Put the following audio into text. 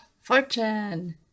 Fortune